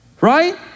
right